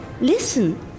listen